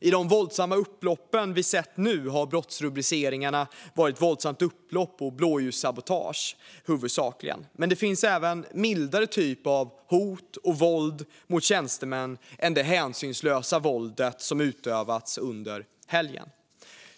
I de våldsamma upplopp vi har sett nu har brottsrubriceringarna huvudsakligen varit våldsamt upplopp och blåljussabotage, men det finns även mildare typer av hot och våld mot tjänstemän än det hänsynslösa våldet som utövats under helgen.